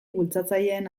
bultzatzaileen